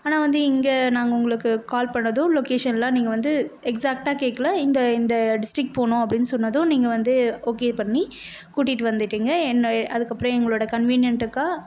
ஆனால் வந்து இங்கே நாங்கள் உங்களுக்கு கால் பண்ணதும் லொக்கேஷன்லாம் நீங்கள் வந்து எக்ஸாக்ட்டாக கேட்கல இந்த இந்த டிஸ்டிரிக் போகணும் அப்படின்னு சொன்னதும் நீங்கள் வந்து ஓகே பண்ணி கூட்டிகிட்டு வந்துட்டீங்க என்ன அதுக்கப்புறம் எங்களோடய கன்வீனியண்ட்டுக்காக